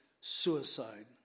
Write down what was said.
suicide